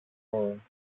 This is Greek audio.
μου